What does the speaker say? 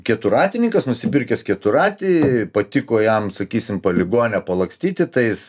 keturratininkas nusipirkęs keturratį patiko jam sakysim poligone palakstyti tais